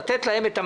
לתת להם את המענק?